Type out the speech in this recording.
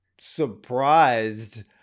surprised